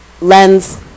lens